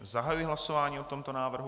Zahajuji hlasování o tomto návrhu.